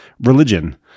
religion